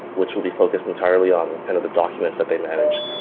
which will be focused entirely on kind of the documents that they manage,